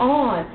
on